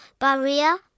Baria